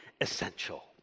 essential